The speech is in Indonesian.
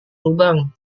lubang